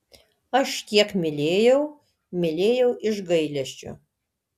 aš kiek mylėjau mylėjau iš gailesčio